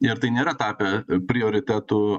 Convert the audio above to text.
ir tai nėra tapę prioritetu